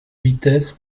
vitesse